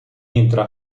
entra